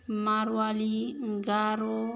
Marwari Garo